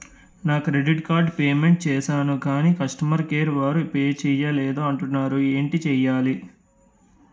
నా credit card payment చేసాను కాని కస్టమర్ కేర్ వారు పే చేయలేదు అంటున్నారు ఏంటి చేయాలి?